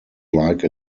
like